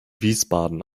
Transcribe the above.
wiesbaden